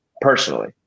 personally